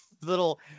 little